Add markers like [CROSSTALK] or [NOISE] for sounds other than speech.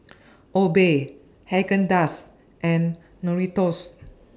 [NOISE] Obey Haagen Dazs and Doritos